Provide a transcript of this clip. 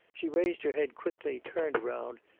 she raised her head quickly, turned round,